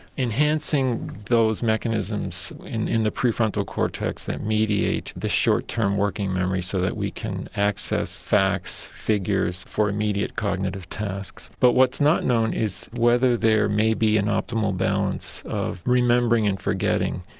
enhancing those mechanisms in in the pre-frontal cortex that mediate the short term working memory so that we can access facts, figures for immediate cognitive tasks. but what's not known is whether there may be an optimal balance of remembering and forgetting.